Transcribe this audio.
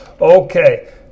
Okay